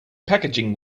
packaging